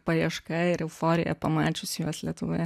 paieška ir euforija pamačius juos lietuvoje